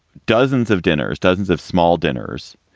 dozens of dinners, dozens of small dinners